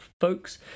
folks